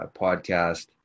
podcast